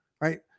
right